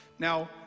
Now